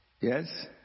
yes